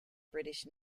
british